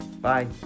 Bye